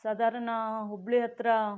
ಸಾಧಾರಣ ಹುಬ್ಬಳ್ಳಿ ಹತ್ರ